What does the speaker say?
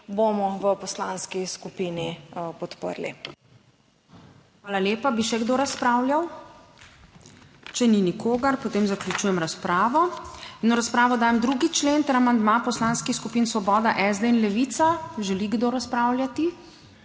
bomo v poslanski skupini podprli. Hvala lepa. Bi še kdo razpravljal? Če ni nikogar, potem zaključujem razpravo. In v razpravo dajem 2. člen ter amandma poslanskih skupin Svoboda, SD in Levica. Želi kdo razpravljati?